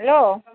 hello